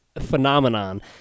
phenomenon